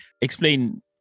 explain